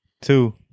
two